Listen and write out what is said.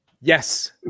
Yes